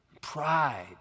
Pride